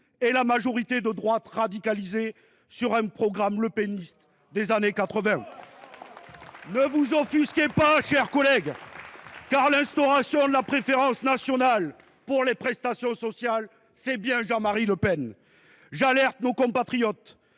et la majorité de droite radicalisée sur un programme lepéniste des années 1980. Ne vous offusquez pas, chers collègues, car l’instauration de la préférence nationale pour les prestations sociales, c’est bien du Jean Marie Le Pen ! J’alerte nos compatriotes